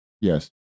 yes